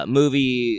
movie